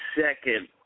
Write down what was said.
second